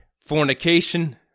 fornication